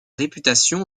réputation